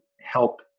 help